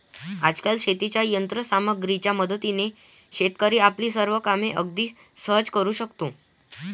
आजकाल शेतीच्या यंत्र सामग्रीच्या मदतीने शेतकरी आपली सर्व कामे अगदी सहज करू शकतो